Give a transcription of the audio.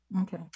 okay